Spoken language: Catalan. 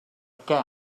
què